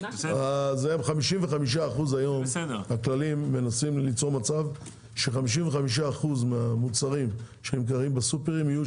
ה-55% היום מנסים ליצור מצב ש-55% מהמוצרים שנמכרים בסופרים יהיו